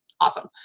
awesome